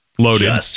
loaded